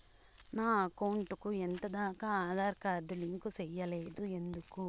నా అకౌంట్ కు ఎంత దాకా ఆధార్ కార్డు లింకు సేయలేదు ఎందుకు